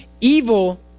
evil